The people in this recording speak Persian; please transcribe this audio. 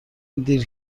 دیر